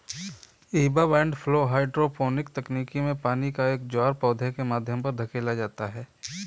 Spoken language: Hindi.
ईबब एंड फ्लो हाइड्रोपोनिक तकनीक में पानी का एक ज्वार पौधे के माध्यम पर धकेला जाता है